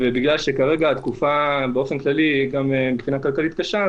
בגלל שכרגע התקופה מבחינה כלכלית קשה,